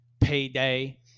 payday